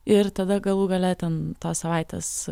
ir tada galų gale ten tos savaitės